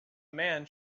man